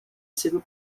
seva